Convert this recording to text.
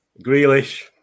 Grealish